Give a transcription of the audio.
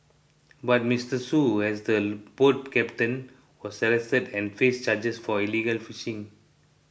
but Mister Shoo as the boat captain was arrested and faced charges for illegal fishing